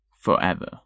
forever